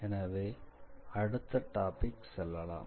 எனவே அடுத்த டாபிக் செல்லலாம்